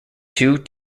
two